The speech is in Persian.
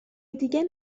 دیگه